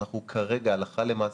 אנחנו כרגע הלכה למעשה,